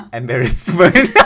embarrassment